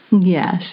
Yes